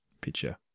picture